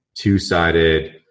two-sided